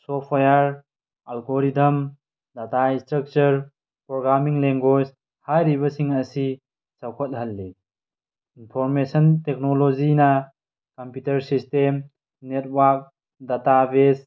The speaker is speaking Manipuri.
software algorithm data structure programming languages ꯍꯥꯏꯔꯤꯕꯁꯤꯡ ꯑꯁꯤ ꯆꯥꯎꯈꯠꯍꯜꯂꯤ ꯏꯝꯐꯣꯔꯃꯦꯁꯟ ꯇꯦꯛꯅꯣꯂꯣꯖꯤꯅ ꯀꯝꯄ꯭ꯌꯨꯇꯔ ꯁꯤꯁꯇꯦꯝ ꯅꯦꯠꯋꯥꯛ ꯗꯇꯥ ꯕꯦꯖ